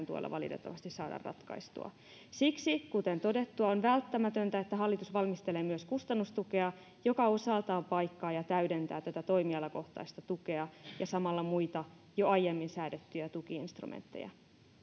tuella valitettavasti saada ratkaistua siksi kuten todettua on välttämätöntä että hallitus valmistelee myös kustannustukea joka osaltaan paikkaa ja täydentää tätä toimialakohtaista tukea ja samalla muita jo aiemmin säädettyjä tuki instrumentteja